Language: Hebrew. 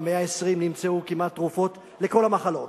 במאה ה-20 נמצאו תרופות כמעט לכל המחלות,